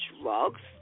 drugs